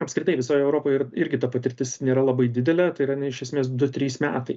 apskritai visoj europoj ir irgi ta patirtis nėra labai didelė tai yra na iš esmės du trys metai